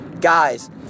guys